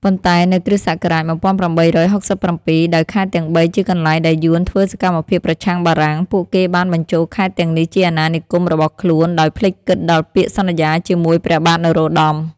ប៉ុន្តែនៅគ.ស. ១៨៦៧ ដោយខេត្តទាំងបីជាកន្លែងដែលយួនធ្វើសកម្មភាពប្រឆាំងបារាំង ពួកគេបានបញ្ចូលខេត្តទាំងនេះជាអាណានិគមរបស់ខ្លួន ដោយភ្លេចគិតដល់ពាក្យសន្យាជាមួយព្រះបាទនរោត្តម។